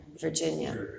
Virginia